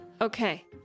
Okay